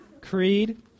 Creed